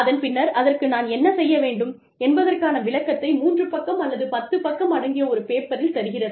அதன் பின்னர் அதற்கு நான் என்ன செய்ய வேண்டும் என்பதற்கான விளக்கத்தை 3 பக்கம் அல்லது 10 பக்கம் அடங்கிய ஒரு பேப்பரில் தருகிறது